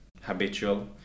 habitual